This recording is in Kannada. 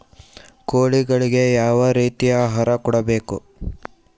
ಕೋಳಿಗಳಿಗೆ ಯಾವ ರೇತಿಯ ಆಹಾರ ಕೊಡಬೇಕು?